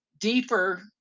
deeper